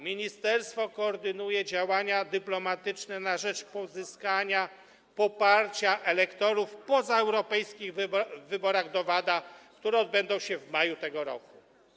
Ministerstwo koordynuje działania dyplomatyczne na rzecz pozyskania poparcia elektorów pozaeuropejskich w wyborach do WADA, które odbędą się w maju tego roku.